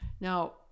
Now